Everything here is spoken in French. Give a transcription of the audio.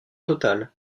total